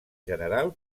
general